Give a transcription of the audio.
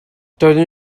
doeddwn